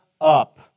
up